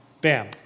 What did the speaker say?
Bam